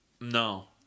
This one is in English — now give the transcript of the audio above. No